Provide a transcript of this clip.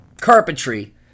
carpentry